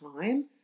time